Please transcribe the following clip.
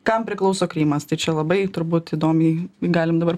kam priklauso krymas tai čia labai turbūt įdomiai galim dabar